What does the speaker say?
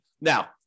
Now